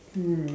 mm